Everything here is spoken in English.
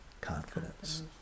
Confidence